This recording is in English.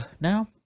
Now